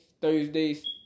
Thursdays